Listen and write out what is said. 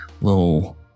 little